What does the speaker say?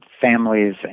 families